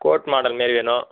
code மாடல்மாரி வேணும்